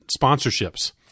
sponsorships